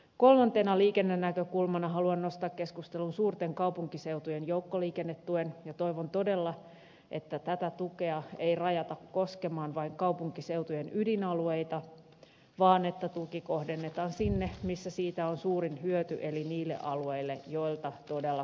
kolmantena liikennenäkökulmana haluan nostaa keskusteluun suurten kaupunkiseutujen joukkoliikennetuen ja toivon todella että tätä tukea ei rajata koskemaan vain kaupunkiseutujen ydinalueita vaan että tuki kohdennetaan sinne missä siitä on suurin hyöty eli niille alueille joilta todella kaupunkeihin pendelöidään